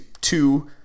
two